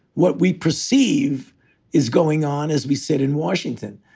what we perceive is going on as we sit in washington.